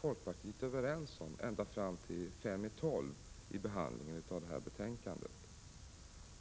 folkpartiet överens om detta förslag ända fram till fem i tolv vid behandlingen i utskottet.